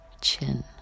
Chin